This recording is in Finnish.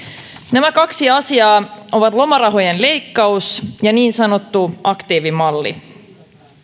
nämä kaksi asiaa ovat lomarahojen leikkaus ja niin sanottu aktiivimalli